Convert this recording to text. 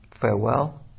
Farewell